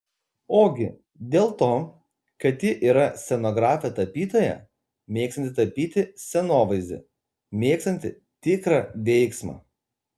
ogi dėl to kad ji yra scenografė tapytoja mėgstanti tapyti scenovaizdį mėgstanti tikrą veiksmą